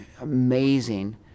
amazing